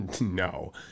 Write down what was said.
No